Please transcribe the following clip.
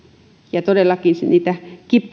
ja todellakin niitä